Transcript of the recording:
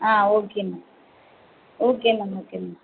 ah okay ma'am okay ma'am okay ma'am